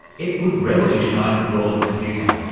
it would revolutionise the world of computing.